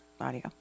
audio